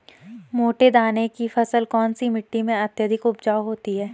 मोटे दाने की फसल कौन सी मिट्टी में अत्यधिक उपजाऊ होती है?